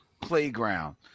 playground